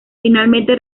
finalmente